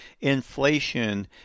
Inflation